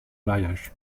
mariages